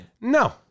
No